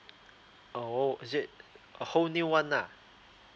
oh is it a whole new one lah